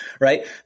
right